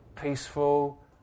peaceful